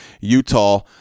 Utah